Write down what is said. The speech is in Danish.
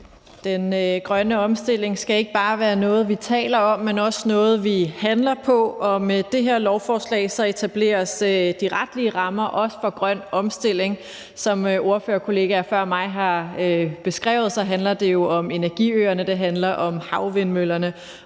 Den grønne omstilling skal ikke bare være noget, vi taler om, men også noget, vi handler på. Og med det her lovforslag etableres også de retlige rammer for grøn omstilling. Som ordførerkollegaer før mig har beskrevet, handler det jo om energiøerne, og det